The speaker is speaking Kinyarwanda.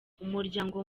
umuryango